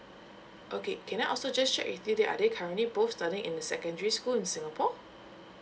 okay can I also just check with you that are they currently both studying in a secondary school in singapore